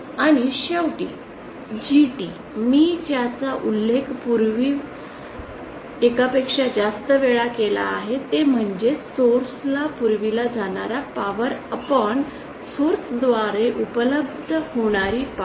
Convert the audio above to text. आणि शेवटी GT मी ज्याचा उल्लेख पूर्वी एकापेक्षा जास्त वेळा केला आहे ते म्हणजे सोर्स ला पुरविली जाणारी पॉवर सोर्स द्वारे उपलब्ध होणारी पॉवर